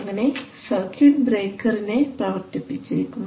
അങ്ങനെ സർക്യൂട്ട് ബ്രേക്കറിനെ പ്രവർത്തിപ്പിച്ചിരിക്കുന്നു